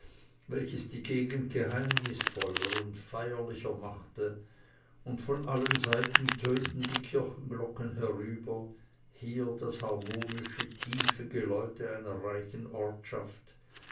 welches die gegend geheimnisvoller und feierlicher machte und von allen seiten tönten die kirchenglocken herüber hier das harmonische tiefe geläute einer reichen ortschaft